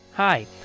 Hi